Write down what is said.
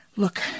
Look